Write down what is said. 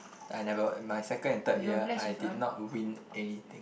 I never my second and third year I did not win anything